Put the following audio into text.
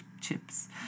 chips